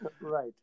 Right